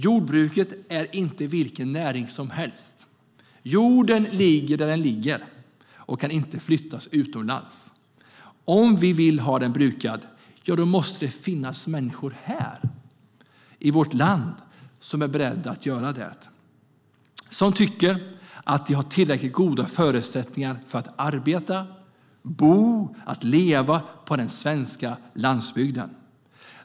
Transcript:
Jordbruket är inte vilken näring som helst. Jorden ligger där den ligger och kan inte flyttas utomlands. Om vi vill ha den brukad måste det finnas människor här i vårt land som är beredda att göra det, som tycker att det finns tillräckligt goda förutsättningar för att arbeta, bo och leva på den svenska landsbygden.